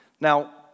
Now